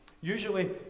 usually